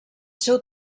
seu